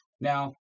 Now